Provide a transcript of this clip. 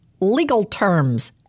Legalterms